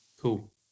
Cool